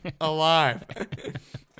alive